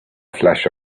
flash